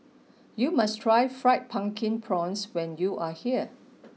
you must try fried pumpkin prawns when you are here